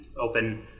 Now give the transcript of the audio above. open